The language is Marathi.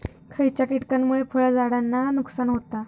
खयच्या किटकांमुळे फळझाडांचा नुकसान होता?